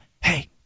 hey